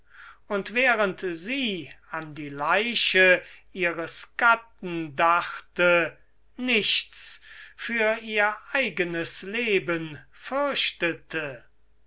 und während sie an die leiche ihres gatten dachte nichts für ihr eigenes leben fürchtete